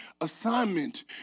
assignment